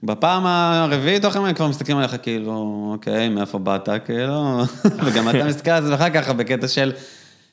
בפעם הרביעית או כמה, הם כבר מסתכלים עליך כאילו, אוקיי, מאיפה באת כאילו, וגם אתה מסתכל על זה, ואחר כך בקטע של...